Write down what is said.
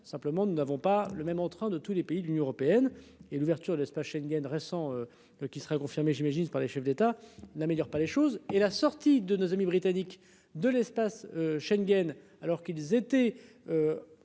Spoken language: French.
simplement nous n'avons pas le même en train de tous les pays de l'Union européenne et l'ouverture de l'espace Schengen récent. Qui sera confirmé j'imagine par les chefs d'État n'améliore pas les choses et la sortie de nos amis britanniques de l'espace Schengen alors qu'ils étaient.